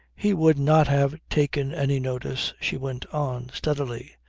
he would not have taken any notice, she went on steadily.